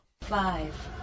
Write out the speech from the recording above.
Five